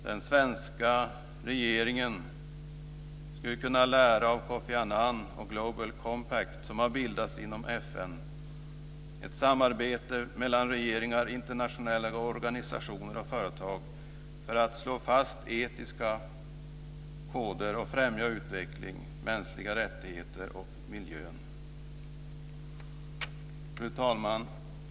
Den svenska regeringen borde lära av Kofi Annan och Global Compact som har bildats inom FN - ett samarbete mellan regeringar, internationella organisationer och företag för att slå fast etiska koder och främja utveckling, mänskliga rättigheter och miljön. Fru talman!